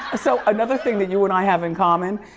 so another thing that you and i have in common,